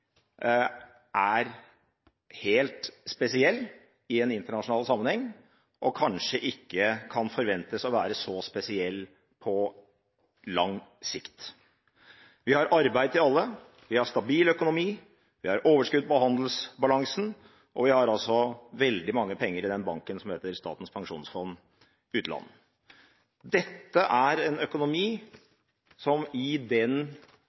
er helt spesiell i en internasjonal sammenheng og kanskje ikke kan forventes å være så spesiell på lang sikt. Vi har arbeid til alle, vi har stabil økonomi, vi har overskudd på handelsbalansen, og vi har veldig mange penger i den banken som heter Statens pensjonsfond utland. Dette er en økonomi som i den